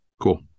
Cool